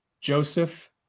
Joseph